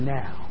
now